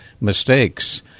mistakes